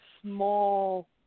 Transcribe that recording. small